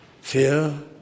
fear